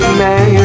man